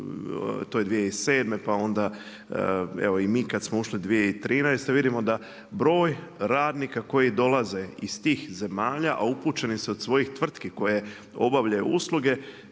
to je 2007. pa onda evo i mi kada smo ušli 2013. vidimo da broj radnika koji dolaze iz tih zemalja, a upućeni su od svojih tvrtki koje obavljaju usluge